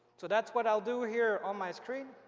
so that's what i'll do here on my screen,